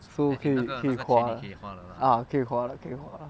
so 我可以可以花的 ah 可以花的可以花的